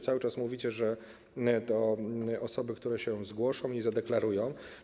Cały czas mówicie, że to osoby, które się zgłoszą i zadeklarują.